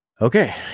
Okay